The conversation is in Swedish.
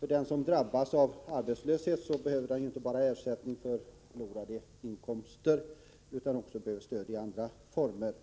Den som drabbas av arbetslöshet behöver ju inte bara ersättning för förlorade inkomster, utan det erfordras stöd också i andra former.